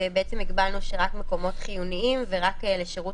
ובעצם הגבלנו שרק מקומות חיוניים ורק לשירות